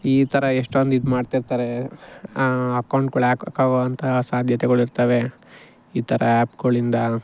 ಈ ಥರ ಎಷ್ಟೊಂದು ಇದುಮಾಡ್ತಿರ್ತಾರೆ ಅಕೌಂಟ್ಗಳ್ ಆ್ಯಕಕ್ ಆಗುವಂತಹ ಸಾಧ್ಯತೆಗಳಿರ್ತವೆ ಈ ಥರ ಆ್ಯಪ್ಗಳಿಂದ